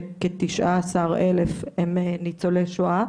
שכתשעה עשר אלף הם ניצולי שואה.